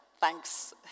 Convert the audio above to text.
Thanks